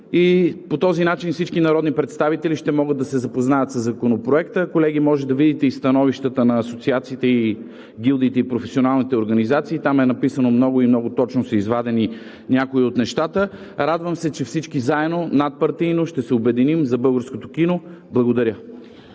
и по този начин всички народни представители ще могат да се запознаят със Законопроекта. Колеги, може да видите и становищата на асоциациите, гилдиите и професионалните организации, там е написано много и много точно са извадени някои от нещата. Радвам се, че всички заедно, надпартийно, ще се обединим за българското кино. Благодаря